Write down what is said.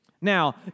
Now